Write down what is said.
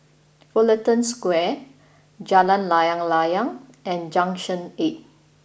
Fullerton Square Jalan Layang Layang and Junction Eight